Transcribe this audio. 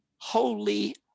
Holy